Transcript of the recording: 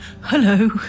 Hello